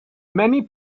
many